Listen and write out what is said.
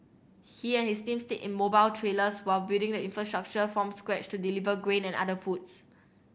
he and his team stayed in mobile trailers while building the infrastructure from scratch to deliver grain and other foods